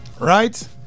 right